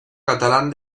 catalán